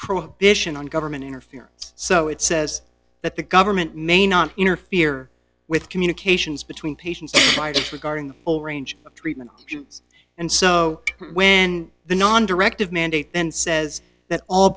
prohibition on government interference so it says that the government may not interfere with communications between patients regarding the whole range of treatment options and so when the non directive mandate then says that all